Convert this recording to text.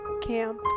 Camp